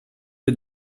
les